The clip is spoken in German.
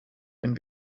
wenn